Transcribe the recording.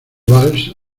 valls